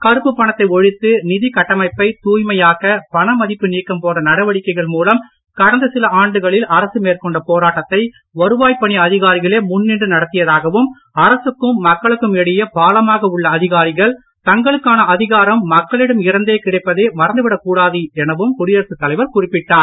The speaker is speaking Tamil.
கருப்பு பணத்தை ஒழித்து நிதிக்கட்டமைப்பை த் தூய்மையாக்க பணமதிப்பு நீக்கம் போன்ற நடவடிக்கைகள் மூலம் கடந்த சில ஆண்டகளில் அரசு மேற்கொண்ட போராடத்தை வருவாய்ப் பணி அதிகாரிகளே முன் நின்று நடத்தியதாகவும் அரசுக்கும் மக்களுக்கும் இடையே பாலமாக உள்ள அதிகாரிகள் தங்களுக்கான அதிகாரம் மக்களிடம் இருந்தே கிடைப்பதை மறந்துவிடக் கூடாது எனவும் குடியரசுத் தலைவர் குறிப்பிட்டார்